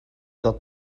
ddod